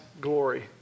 glory